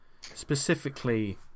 specifically